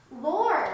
Lord